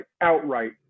outright